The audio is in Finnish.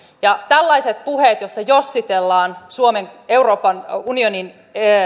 ja tällaiset puheet joissa jossitellaan eroa suomen euroopan unionin